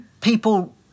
people